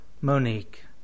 Monique